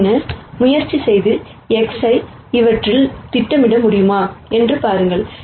பின்னர் முயற்சி செய்து Xஐ இவற்றில் திட்டமிட முடியுமா என்று பாருங்கள்